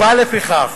לפיכך,